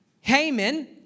Haman